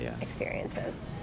experiences